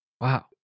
wow